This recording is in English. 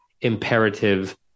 imperative